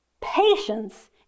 Patience